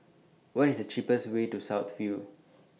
What IS The cheapest Way to South View